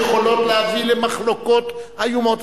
שיכולות להביא למחלוקות איומות.